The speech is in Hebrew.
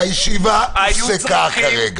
הישיבה הופסקה כרגע.